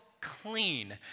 clean